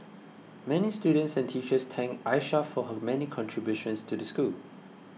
many students and teachers thanked Aisha for her many contributions to the school